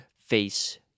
Face